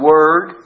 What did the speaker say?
Word